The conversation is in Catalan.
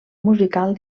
musical